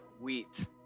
wheat